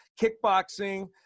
kickboxing